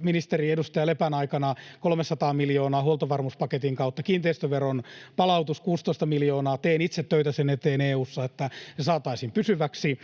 ministeri, edustaja Lepän aikana, 300 miljoonaa huoltovarmuuspaketin kautta, kiinteistöveron palautus 16 miljoonaa. Teen itse töitä sen eteen EU:ssa, että se saataisiin pysyväksi,